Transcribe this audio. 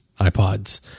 iPods